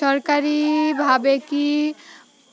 সরকারিভাবে কি